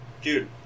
Dude